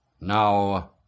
now